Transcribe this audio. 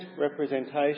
representation